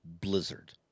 Blizzard